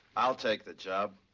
i'll take the job.